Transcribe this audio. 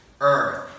earth